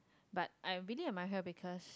but I really admire her because